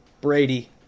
Brady